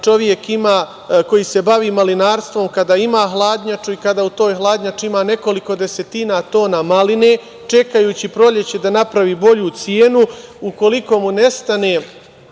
čovek, koji se bavi malinarstvom, kada ima hladnjaču i kada u toj hladnjači ima nekoliko desetina tona maline, čekajući proleće da napravi bolju cenu, ukoliko mu nestane